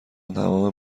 تمام